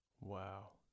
Wow